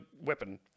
weapon